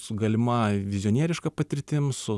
su galima vizionieriška patirtim su